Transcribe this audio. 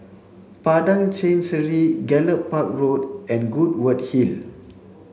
Padang Chancery Gallop Park Road and Goodwood Hill